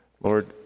Lord